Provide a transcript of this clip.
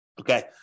Okay